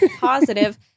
positive